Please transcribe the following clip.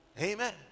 Amen